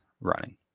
running